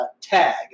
tag